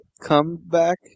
comeback